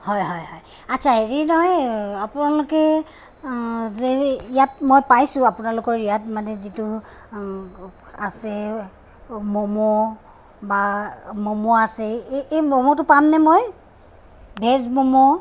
হয় হয় হয় আচ্ছা হেৰি নহয় আপোনালোকে যে মই ইয়াত পাইছোঁ আপোনালোকৰ ইয়াত মানে যিটো আছে ম'ম' বা ম'ম' আছে এই ম'ম'টো পামনে মই ভেজ ম'ম'